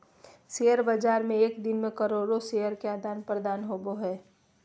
share बाज़ार में एक दिन मे करोड़ो शेयर के आदान प्रदान होबो हइ